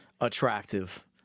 attractive